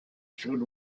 should